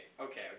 okay